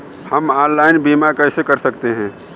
हम ऑनलाइन बीमा कैसे कर सकते हैं?